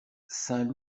saint